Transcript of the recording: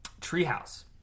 treehouse